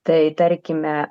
tai tarkime